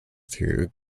through